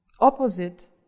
opposite